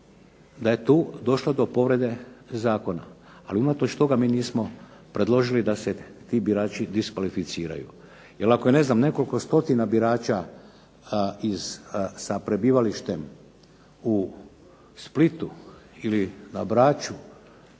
da je tu došlo do povrede Zakona. Ali unatoč toga mi nismo predložili da se ti birači diskvalificiraju. Jer ako je nekoliko stotina birača sa prebivalištem u Splitu ili na Braču